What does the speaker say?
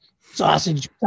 sausage